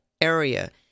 area